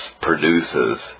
produces